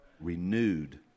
renewed